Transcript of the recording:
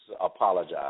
apologize